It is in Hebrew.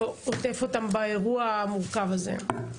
שעוטף אותם באירוע המורכב הזה.